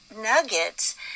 nuggets